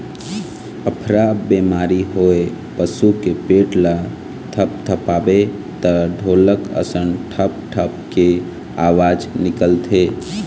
अफरा बेमारी होए पसू के पेट ल थपथपाबे त ढोलक असन ढप ढप के अवाज निकलथे